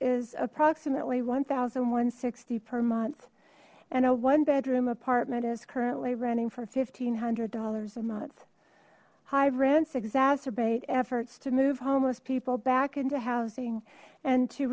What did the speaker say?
is approximately one thousand one sixty per month and a one bedroom apartment is currently renting for one thousand five hundred dollars a month high rents exacerbate efforts to move homeless people back into housing and to